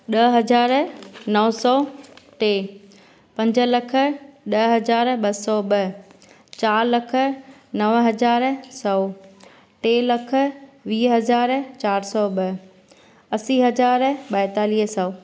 ॾह हज़ार नव सौ टे पंज लख ॾह हज़ार ॿ सौ ॿ चार लख नव हज़ार सौ टे लख वीह हज़ार चार सौ ॿ असी हज़ार ॿाएतालीह सौ